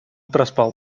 проспал